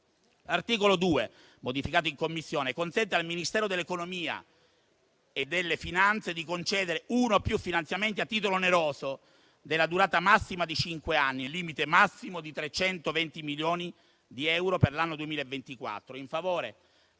L'articolo 2, modificato in Commissione, consente al Ministero dell'economia e delle finanze di concedere uno o più finanziamenti a titolo oneroso, della durata massima di cinque anni, nel limite massimo di 320 milioni di euro per l'anno 2024, in favore